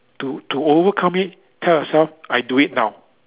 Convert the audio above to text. to to overcome it tell yourself I do it now